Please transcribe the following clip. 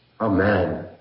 Amen